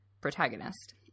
protagonist